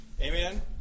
Amen